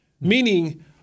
meaning